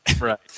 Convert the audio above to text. Right